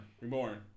Reborn